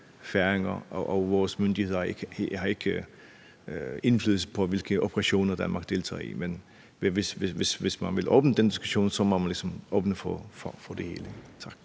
og vores myndigheder har ikke indflydelse på, hvilke operationer Danmark deltager i. Hvis man vil åbne den diskussion, må man ligesom åbne for det hele. Tak.